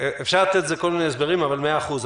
אפשר לתת לזה כל מיני הסברים אבל בסדר.